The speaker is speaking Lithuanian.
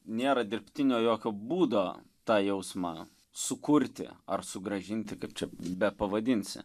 nėra dirbtinio jokio būdo tą jausmą sukurti ar sugrąžinti kaip čia bepavadinsi